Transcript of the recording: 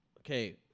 Okay